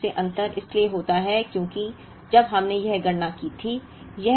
अनिवार्य रूप से अंतर इसलिए होता है क्योंकि जब हमने यह गणना की थी